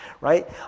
right